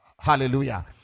Hallelujah